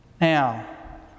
Now